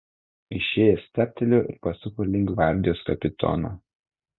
išėjęs stabtelėjo ir pasuko link gvardijos kapitono